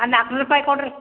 ನಾಲ್ಕು ನೂರು ರೂಪಾಯಿ ಕೊಡಿರಿ